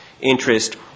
interest